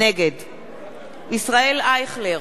נגד ישראל אייכלר,